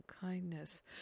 kindness